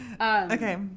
Okay